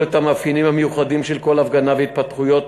את המאפיינים המיוחדים של כל הפגנה וההתפתחויות